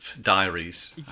diaries